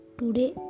today